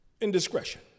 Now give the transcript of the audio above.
indiscretion